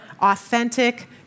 authentic